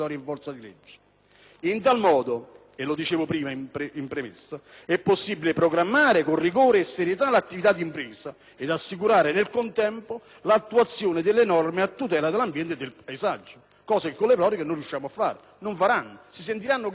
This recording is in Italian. In tal modo - come dicevo in premessa - è possibile programmare con rigore e serietà l'attività d'impresa ed assicurare, al contempo, l'attuazione delle norme a tutela dell'ambiente e del paesaggio, cosa che con le proroghe non riusciamo a fare; si sentiranno gabbati.